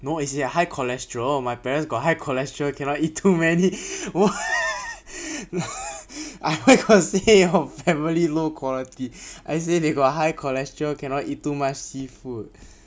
no it's like high cholesterol my parents got high cholesterol cannot eat too many I where got say you family low quality I say they got high cholesterol cannot eat too much seafood